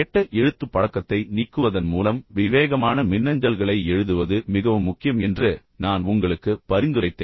கெட்ட எழுத்துப் பழக்கத்தை நீக்குவதன் மூலம் விவேகமான மின்னஞ்சல்களை எழுதுவது மிகவும் முக்கியம் என்று நான் உங்களுக்கு பரிந்துரைத்தேன்